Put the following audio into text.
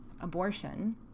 abortion